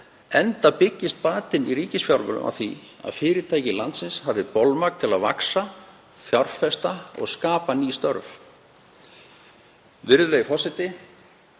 enda byggist batinn í ríkisfjármálum á því að fyrirtæki landsins hafi bolmagn til að vaxa, fjárfesta og skapa ný störf. Virðulegi forseti.